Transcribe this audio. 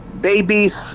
Babies